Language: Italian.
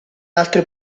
altre